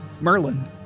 Merlin